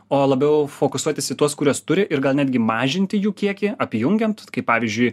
o labiau fokusuotis į tuos kuriuos turi ir gal netgi mažinti jų kiekį apjungiant pavyzdžiui